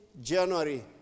January